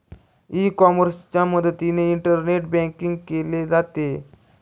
E कॉमर्सच्या मदतीने internet banking केले जाते